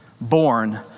born